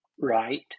right